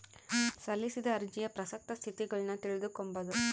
ಸಲ್ಲಿಸಿದ ಅರ್ಜಿಯ ಪ್ರಸಕ್ತ ಸ್ಥಿತಗತಿಗುಳ್ನ ತಿಳಿದುಕೊಂಬದು